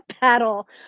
battle